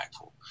impactful